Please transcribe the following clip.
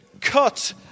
cut